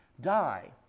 die